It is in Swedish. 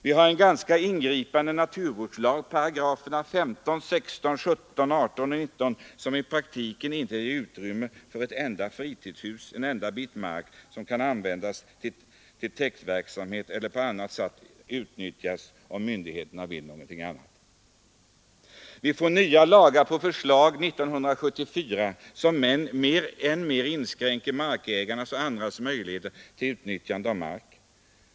Vi har en ganska ingripande naturvårdslag, paragraferna 15 16,17, 18 och 19, som i praktiken inte ger utrymme för ett enda fritidshus, inte en enda bit mark som kan användas till täktverksamhet eller på annat sätt utnyttjas om myndigheterna vill något annat. Vi får nya lagar på förslag i januari 1974 som än mer inskränker markägarnas och andras möjligheter till utnyttjande av mark.